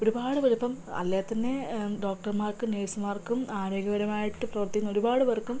ഒരുപാട് പേര് ഇപ്പം അല്ലെങ്കിൽ തന്നെ ഡോക്ടർമാർക്കും നഴ്സ്മാർക്കും ആരോഗ്യപരമായിട്ട് പ്രവർത്തിക്കുന്ന ഒരുപാട് പേർക്കും